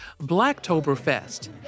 Blacktoberfest